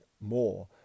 more